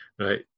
right